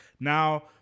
Now